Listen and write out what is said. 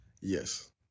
Yes